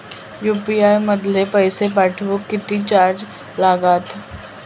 UPI मधलो पैसो पाठवुक किती चार्ज लागात?